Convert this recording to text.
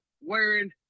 wearing